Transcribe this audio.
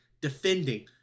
defending